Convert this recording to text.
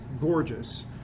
gorgeous